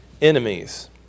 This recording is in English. enemies